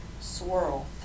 swirl